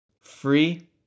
Free